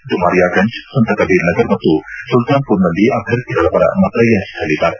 ದುಮಾರಿಯಾಗಂಜ್ ಸಂತ ಕಬೀರ್ ನಗರ್ ಮತ್ತು ಸುಲ್ತಾನ್ಪುರ್ನಲ್ಲಿ ಅಭ್ಯರ್ಥಿಗಳ ಪರ ಮತ ಯಾಚಿಸಲಿದ್ದಾರೆ